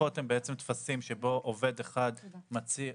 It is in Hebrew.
התוספות הם טפסים שבהם עובד אחד שרוצה